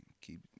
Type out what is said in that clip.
keep